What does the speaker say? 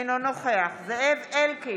אינו נוכח זאב אלקין,